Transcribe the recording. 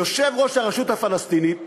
יושב-ראש הרשות הפלסטינית